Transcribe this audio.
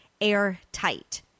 airtight